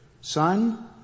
Son